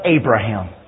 Abraham